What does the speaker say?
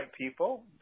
people